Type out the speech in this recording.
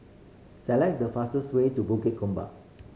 select the fastest way to Bukit Gombak